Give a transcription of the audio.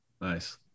Nice